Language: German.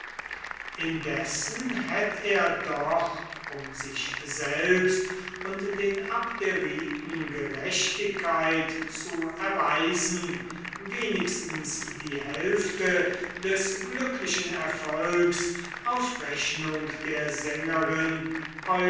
indessen hätt er doch um sich selbst und den abderiten gerechtigkeit zu erweisen wenigstens die hälfte des glücklichen erfolgs auf rechnung der sängerin